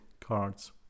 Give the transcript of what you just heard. cards